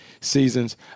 seasons